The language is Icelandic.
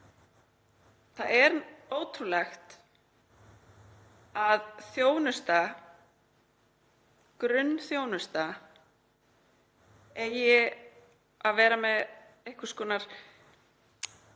Það er ótrúlegt að þjónusta, grunnþjónusta, eigi að vera veitt með einhvers konar skilyrðum,